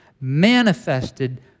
Manifested